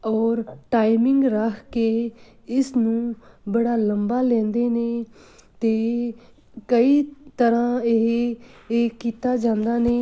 ਔਰ ਟਾਈਮਿੰਗ ਰੱਖ ਕੇ ਇਸ ਨੂੰ ਬੜਾ ਲੰਬਾ ਲੈਂਦੇ ਨੇ ਅਤੇ ਕਈ ਤਰ੍ਹਾਂ ਇਹ ਇਹ ਕੀਤਾ ਜਾਂਦਾ ਨੇ